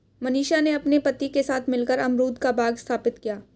मनीषा ने अपने पति के साथ मिलकर अमरूद का बाग स्थापित किया